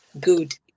good